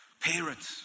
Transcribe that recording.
Parents